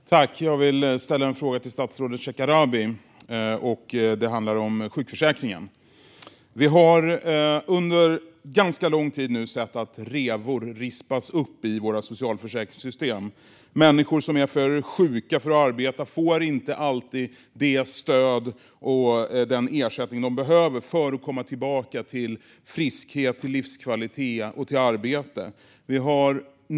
Fru talman! Jag vill ställa en fråga till statsrådet Shekarabi. Det handlar om sjukförsäkringen. Vi har nu under ganska lång tid sett att revor rispas upp i våra socialförsäkringssystem. Människor som är för sjuka för att arbeta får inte alltid det stöd och den ersättning de behöver för att komma tillbaka till friskhet, livskvalitet och arbete.